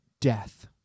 death